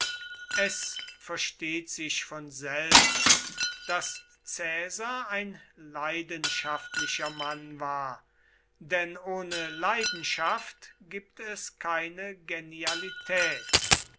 es versteht sich von selbst daß caesar ein leidenschaftlicher mann war denn ohne leidenschaft gibt es keine genialität